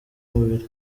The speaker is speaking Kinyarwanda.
mubiri